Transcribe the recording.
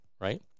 right